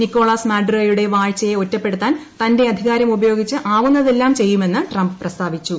Nicholas മാഡുറോയ്ക്ട്ട വാഴ്ചയെ ഒറ്റപ്പെടുത്താൻ തന്റെ അധികാരമുപയോഗിച്ച് ആവുന്നതെല്ലാം ചെയ്യുമെന്ന് ട്രംപ് പ്രസ്താവിച്ചു